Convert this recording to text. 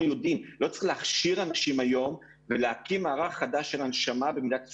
לא צריך להכשיר אנשים היום ולהקים מערך חדש של הנשמה במדינת ישראל.